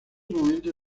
momento